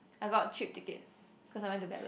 I got cheap tickets cause I went to ballot